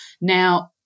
Now